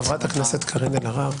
חברת הכנסת קארין אלהרר,